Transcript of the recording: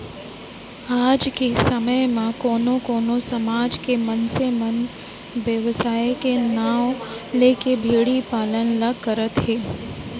आज के समे म कोनो कोनो समाज के मनसे मन बेवसाय के नांव लेके भेड़ी पालन ल करत हें